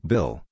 Bill